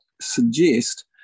suggest